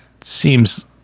seems